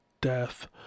death